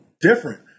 different